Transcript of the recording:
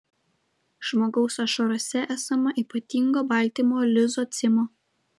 žmogaus ašarose esama ypatingo baltymo lizocimo